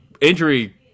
injury